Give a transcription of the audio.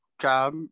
job